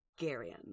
Garion